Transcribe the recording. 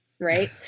right